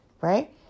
right